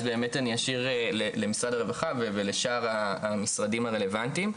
באמת אני אשאיר למשרד הרווחה ולשאר המשרדים הרלוונטיים.